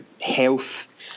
health